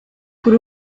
kuri